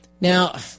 Now